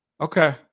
Okay